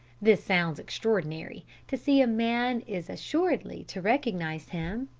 this sounds extraordinary to see a man is assuredly to recognize him!